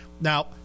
Now